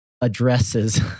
addresses